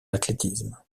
athlétisme